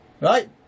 Right